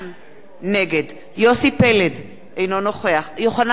נגד יוסי פלד, אינו נוכח יוחנן פלסנר,